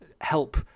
help